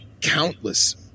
countless